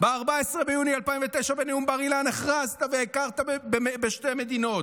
ב-14 ביוני 2009 בנאום בר-אילן הכרזת והכרת בשתי מדינות,